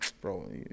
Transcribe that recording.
bro